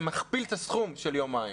זה מכפיל את הסכום של יומיים.